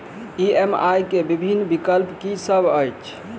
EMI केँ विभिन्न विकल्प की सब अछि